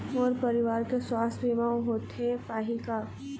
मोर परवार के सुवास्थ बीमा होथे पाही का?